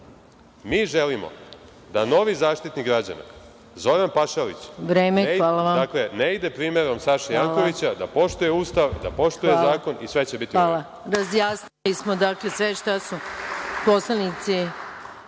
želimo da novi Zaštitnik građana Zoran Pašalić ne ide primerom Saše Jankovića, da poštuje Ustav, da poštuje zakon i sve će biti u redu.